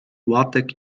łatek